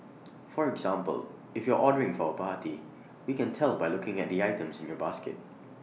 for example if you're ordering for A party we can tell by looking at the items in your basket